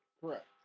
correct